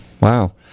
Wow